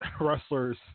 wrestlers